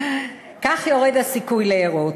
כך יורד הסיכוי להרות.